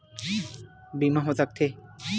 का कोनो बीमार मनखे के बीमा हो सकत हे?